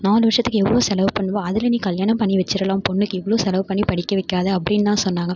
நாலு வருஷத்துக்கு எவ்வளோ செலவு பண்ணுவே அதில் நீ கல்யாணம் பண்ணி வெச்சுரலாம் பெண்ணுக்கு இவ்வளோ செலவு பண்ணி படிக்க வைக்காத அப்படின்லாம் சொன்னாங்க